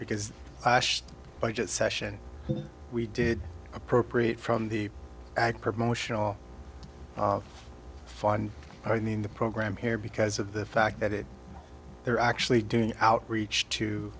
because budget session we did appropriate from the promotional fund i mean the program here because of the fact that they're actually doing outreach to